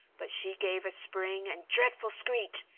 but she gave a spring and dreadful screech,